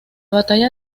batalla